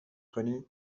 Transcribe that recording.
کنی